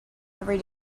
every